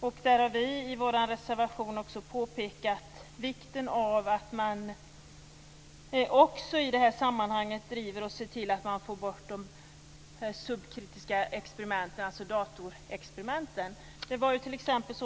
Vi har i vår reservation påpekat vikten av att man i det här sammanhanget också driver att få bort de subkritiska experimenten, dvs. datorexperimenten.